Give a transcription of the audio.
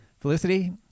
Felicity